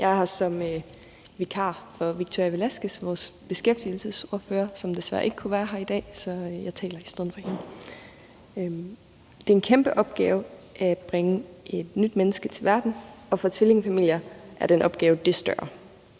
Jeg er her som vikar for Victoria Velasquez, vores beskæftigelsesordfører, som desværre ikke kunne være her i dag, så jeg taler i stedet for hende. Det er en kæmpe opgave at bringe et nyt menneske til verden, og for tvillingefamilier er det en opgave det større.